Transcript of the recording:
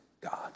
God